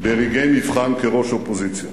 ברגעי מבחן כראש אופוזיציה.